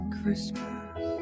Christmas